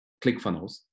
ClickFunnels